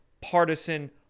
partisan